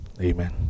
Amen